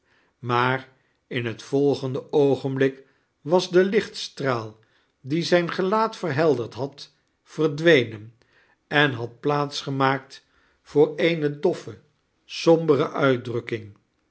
maar in het volgende oogenblik was de lichtstraal die zijn gelaat verhelderd had verdwenen en had plaats gemaakt voor eene doffe sombere uitdrukking